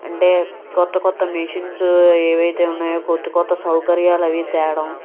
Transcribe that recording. అంటే క్రొత్త క్రొత్త మిషన్సు ఏవి అయితే ఉన్నాయో క్రొత్త క్రొత్త సౌకర్యాలవీ తేవడం